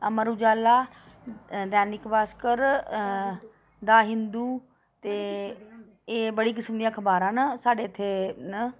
Amar Ujala Dainik Bhaskar the Hindu ते एह् बड़ी किसम दियां अखबारां न साढ़े इत्थें न